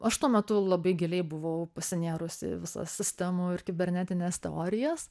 aš tuo metu labai giliai buvau pasinėrusi į visas sistemų ir kibernetinės teorijas